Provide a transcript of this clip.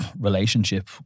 relationship